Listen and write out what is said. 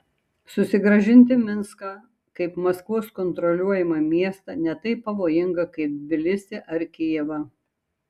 susigrąžinti minską kaip maskvos kontroliuojamą miestą ne taip pavojinga kaip tbilisį ar kijevą